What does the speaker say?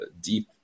deep